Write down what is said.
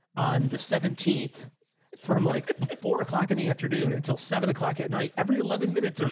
on the seventeenth from like four o'clock in the afternoon until seven o'clock at night, every eleven minutes,